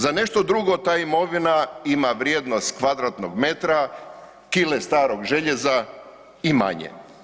Za nešto drugo ta imovina ima vrijednost kvadratnog metra, kile starog željeza i manje.